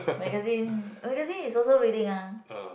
magazine magazine is also reading ah